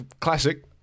classic